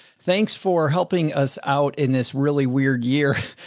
thanks for helping us out in this really weird year.